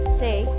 say